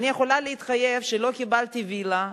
אני יכולה להתחייב שלא קיבלתי וילה,